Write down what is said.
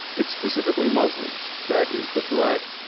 it's specifically muslims that is the threat,